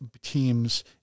teams